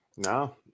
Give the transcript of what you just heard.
No